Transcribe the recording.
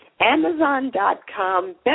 Amazon.com